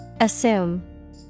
Assume